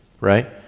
right